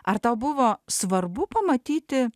ar tau buvo svarbu pamatyti